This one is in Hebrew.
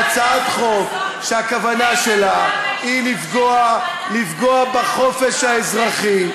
כי אני לא אתן את ידי להצעת חוק שהכוונה שלה היא לפגוע בחופש האזרחי,